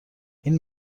این